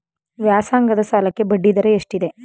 ವ್ಯಾಸಂಗದ ಸಾಲಕ್ಕೆ ಬಡ್ಡಿ ದರ ಎಷ್ಟಿದೆ?